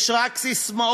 יש רק ססמאות.